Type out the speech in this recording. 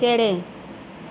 ᱪᱮᱬᱮ